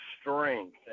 strength